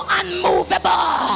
unmovable